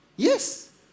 Yes